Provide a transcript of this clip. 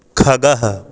खगः